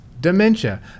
dementia